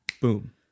Boom